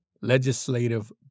legislative